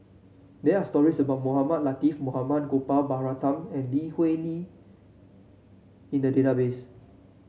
there are stories about Mohamed Latiff Mohamed Gopal Baratham and Lee Hui Li in the database